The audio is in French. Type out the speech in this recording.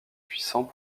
puissant